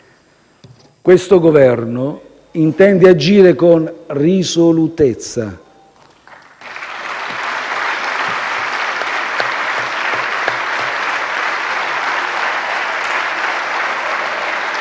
Questo Governo intende agire con risolutezza.